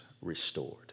Restored